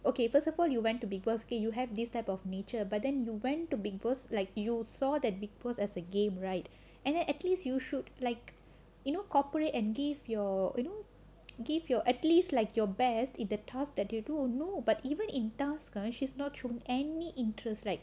okay first of all you went to big boss you have this type of nature but then you went to bigg boss like you saw that bigg boss as a game right and then at least you should like you know cooperate and give your you know give your at least like your best it the task that you do know but even in task or she's not from any interest like